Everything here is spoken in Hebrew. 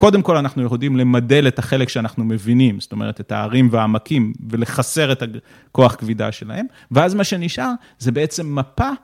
קודם כל, אנחנו יכולים למדל את החלק שאנחנו מבינים, זאת אומרת, את ההרים והעמקים ולחסר את הכוח כבידה שלהם, ואז מה שנשאר זה בעצם מפה.